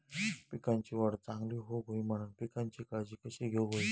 पिकाची वाढ चांगली होऊक होई म्हणान पिकाची काळजी कशी घेऊक होई?